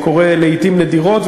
זה קורה לעתים נדירות,